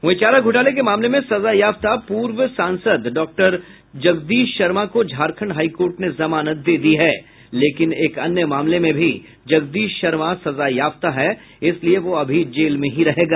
वहीं चारा घोटाले के मामले में सजायाफ्ता पूर्व सांसद डॉक्टर जगदीश शर्मा को झारखण्ड हाई कोर्ट ने जमानत दे दी है लेकिन एक अन्य मामले में भी जगदीश शर्मा सजायाफ्ता है इसलिये वो अभी जेल में ही रहेगा